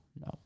no